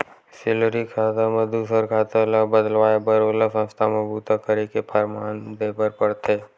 salary खाता म दूसर खाता ल बदलवाए बर ओला संस्था म बूता करे के परमान देबर परथे